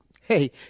hey